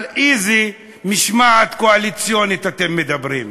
על איזה משמעת קואליציונית אתם מדברים?